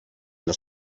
los